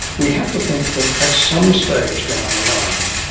we have to think that at some stage down the line,